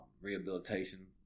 rehabilitation